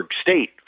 State